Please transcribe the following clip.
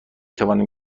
توانم